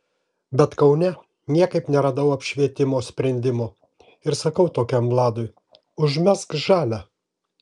bet kaune niekaip neradau apšvietimo sprendimo ir sakau tokiam vladui užmesk žalią